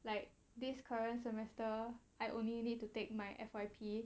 like this current semester I only need to take my F_Y_P